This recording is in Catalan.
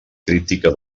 crítica